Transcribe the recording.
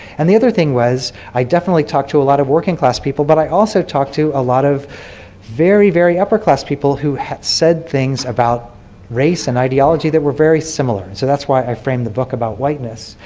and the other thing was i definitely talked to a lot of working class people, but i also talked to a lot of very, very upper class people who said things about race and ideology that were very similar. so that's why i frame the book about whiteness,